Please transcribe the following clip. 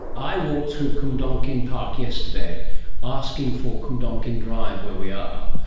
i walked through cwmdonkin park yesterday asking for cwmdonkin drive where we are,